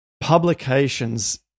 publications